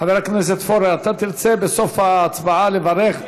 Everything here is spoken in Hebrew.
חבר הכנסת פורר, אתה תרצה בסוף ההצבעה לברך?